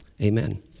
Amen